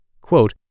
quote